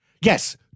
Yes